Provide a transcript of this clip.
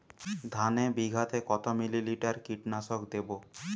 ধানে বিঘাতে কত মিলি লিটার কীটনাশক দেবো?